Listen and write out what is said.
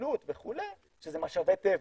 לפעילות וכו', שזה משאבי טבע.